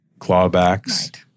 clawbacks